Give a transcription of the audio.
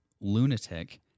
lunatic